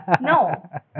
No